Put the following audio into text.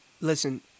Listen